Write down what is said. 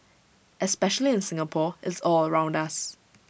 especially in Singapore it's all around us